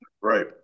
right